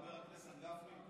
חבר הכנסת גפני,